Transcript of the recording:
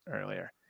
earlier